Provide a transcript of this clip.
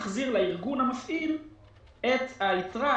מחזיר לארגון המפעיל את היתרה,